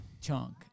Chunk